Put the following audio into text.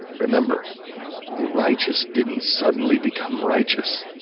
remember the righteous didn't suddenly become righteous.